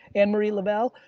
ann marie lavelle,